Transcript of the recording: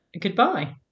goodbye